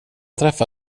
träffa